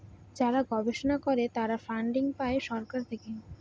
যারা গবেষণা করে তারা ফান্ডিং পাই সরকার থেকে